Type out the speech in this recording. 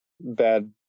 bad